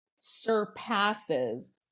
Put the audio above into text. surpasses